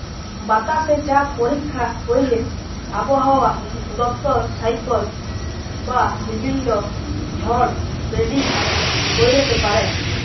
বাতাসে চাপ পরীক্ষা ক্যইরে আবহাওয়া দপ্তর সাইক্লল বা বিভিল্ল্য ঝড় পের্ডিক্ট ক্যইরতে পারে